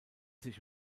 sich